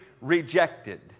rejected